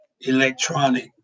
electronic